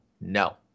No